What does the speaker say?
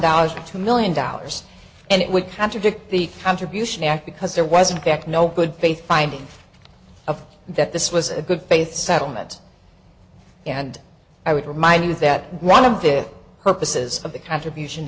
dollars or two million dollars and it would contradict the contribution act because there wasn't back no good faith finding of that this was a good faith settlement and i would remind you that run of the purposes of the contribution